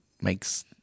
makes